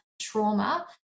trauma